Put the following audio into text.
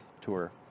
tour